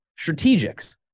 strategics